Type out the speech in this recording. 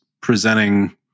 presenting